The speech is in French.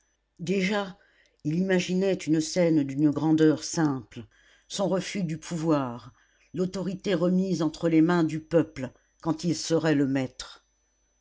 déjà il imaginait une scène d'une grandeur simple son refus du pouvoir l'autorité remise entre les mains du peuple quand il serait le maître